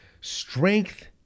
Strength